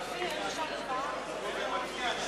נתקבל.